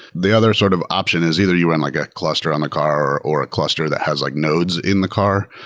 the other sort of option is either you're in like a cluster on the car or a cluster that has like nodes in the car,